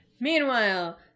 Meanwhile